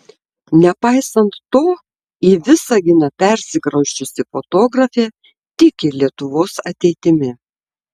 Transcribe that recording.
nepaisant to į visaginą persikrausčiusi fotografė tiki lietuvos ateitimi